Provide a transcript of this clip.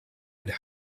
would